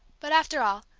but after all,